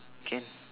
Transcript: can